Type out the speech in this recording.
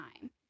time